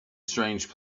strange